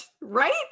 Right